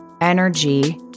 energy